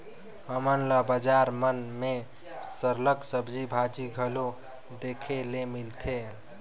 हमन ल बजार मन में सरलग सब्जी भाजी घलो देखे ले मिलथे